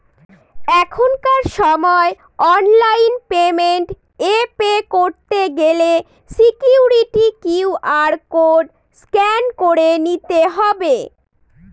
এখনকার সময় online payment এ পে করতে গেলে সিকুইরিটি কিউ.আর কোড স্ক্যান করে নিতে হবে